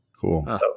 Cool